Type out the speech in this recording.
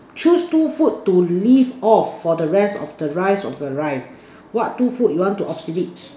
choose two food to live off for the rest of your life of your life what two food do you want to obsolete